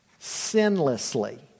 sinlessly